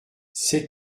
c’est